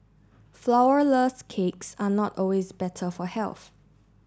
flourless cakes are not always better for health